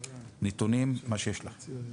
נתונים ומה שיש לכם.